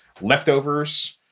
leftovers